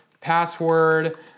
password